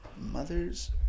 Mother's